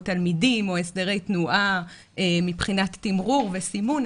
תלמידים או הסדרי תנועה מבחינת תמרור וסימון,